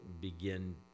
begin